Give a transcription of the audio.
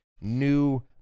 new